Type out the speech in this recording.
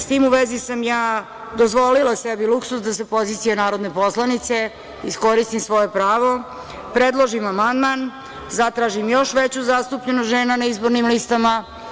S tim u vezi, ja sam dozvolila sebi luksuz da sa pozicije narodne poslanice iskoristim svoje pravo, predložim amandman, zatražim još veću zastupljenost žena na izbornim listama.